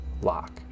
lock